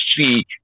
see